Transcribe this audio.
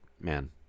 man